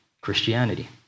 Christianity